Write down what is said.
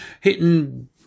hitting